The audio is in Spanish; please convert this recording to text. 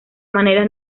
maneras